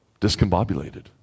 discombobulated